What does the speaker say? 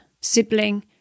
sibling